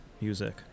music